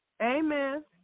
Amen